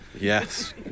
Yes